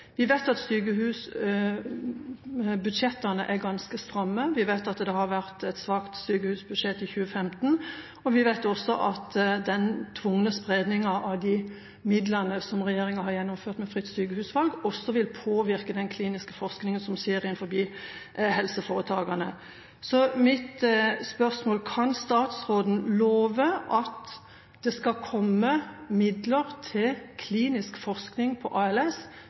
Vi vet at sykehusbudsjettene er ganske stramme, vi vet at det har vært et svakt sykehusbudsjett i 2015, og vi vet også at den tvungne spredninga av midlene som regjeringa har gjennomført med fritt sykehusvalg, også vil påvirke den kliniske forskninga som skjer innenfor helseforetakene. Mitt spørsmål er: Kan statsråden love at det skal komme midler til klinisk forskning på ALS